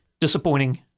disappointing